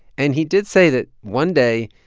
and he did say that one day,